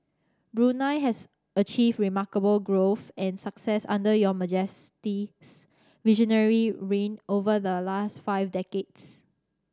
Brunei has achieved remarkable growth and success under Your Majesty's visionary reign over the last five decades